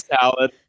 salad